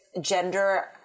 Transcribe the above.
gender